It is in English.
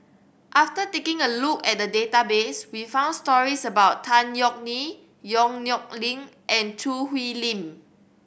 after taking a look at the database we found stories about Tan Yeok Nee Yong Nyuk Lin and Choo Hwee Lim